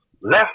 left